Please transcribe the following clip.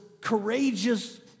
courageous